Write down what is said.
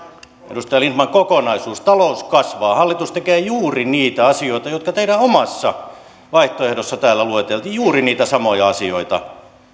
edustaja lindtman kokonaisuus talous kasvaa hallitus tekee juuri niitä asioita jotka teidän omassa vaihtoehdossanne täällä lueteltiin juuri niitä samoja asioita